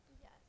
Yes